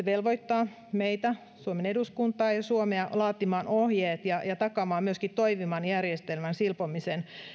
velvoittaa meitä suomen eduskuntaa ja suomea laatimaan ohjeet ja ja takaamaan myöskin toimivan järjestelmän silpomisen